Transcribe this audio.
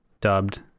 dubbed